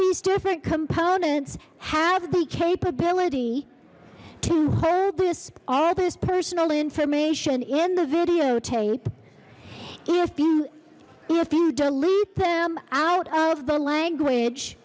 these different components have the capability to hold this all this personal information in the video tape if you if you delete them out of the language